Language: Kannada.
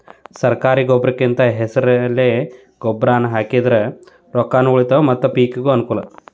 ಸರ್ಕಾರಿ ಗೊಬ್ರಕಿಂದ ಹೆಸರೆಲೆ ಗೊಬ್ರಾನಾ ಹಾಕಿದ್ರ ರೊಕ್ಕಾನು ಉಳಿತಾವ ಮತ್ತ ಪಿಕಿಗೂ ಅನ್ನಕೂಲ